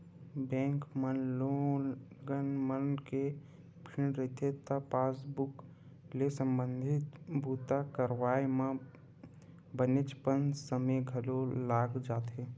bank म लोगन मन के भीड़ रहिथे त पासबूक ले संबंधित बूता करवाए म बनेचपन समे घलो लाग जाथे